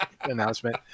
announcement